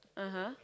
(uh huh)